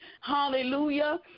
hallelujah